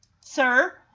Sir